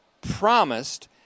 promised